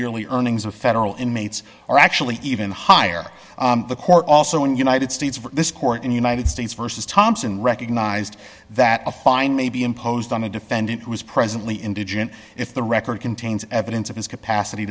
yearly earnings of federal inmates are actually even higher the court also in united states this court in the united states versus thompson recognized that a fine may be imposed on a defendant who is presently indigent if the record contains evidence of his capacity